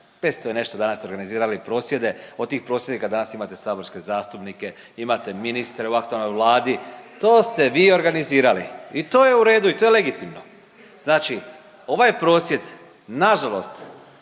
500 i nešto dana ste organizirali prosvjede, od tih prosvjednika danas imate saborske zastupnike, imate ministre u aktualnoj Vladi. To ste vi organizirali i to je u redu i to je legitimno. Znači ovaj prosvjed na žalost